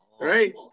right